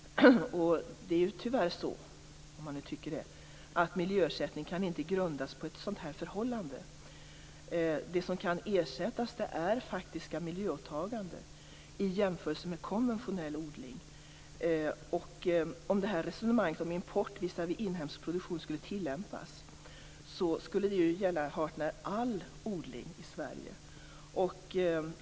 Tyvärr - om man nu tycker så här - kan miljöersättning inte grundas på ett sådant här förhållande. Det som kan ersättas är faktiska miljöåtaganden i förhållande till konventionell odling. Om det här resonemanget om import visavi inhemsk produktion skulle tillämpas skulle det gälla hart när all odling i Sverige.